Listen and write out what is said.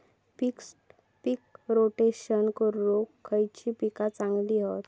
पीक rotation करूक खयली पीका चांगली हत?